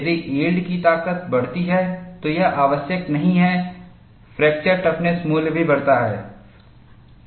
यदि यील्ड की ताकत बढ़ती है तो यह आवश्यक नहीं है फ्रैक्चर टफनेस मूल्य भी बढ़ता है